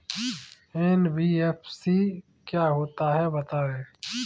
NBFC क्या होता है बताएँ?